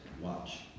watch